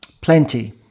Plenty